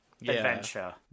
adventure